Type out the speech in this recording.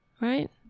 Right